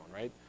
right